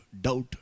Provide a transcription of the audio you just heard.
doubt